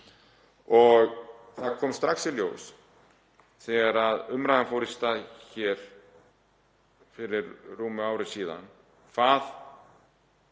Það kom strax í ljós þegar umræðan fór af stað fyrir rúmu ári síðan